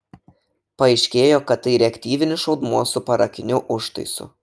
paaiškėjo kad tai reaktyvinis šaudmuo su parakiniu užtaisu